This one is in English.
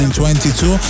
2022